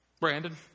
Brandon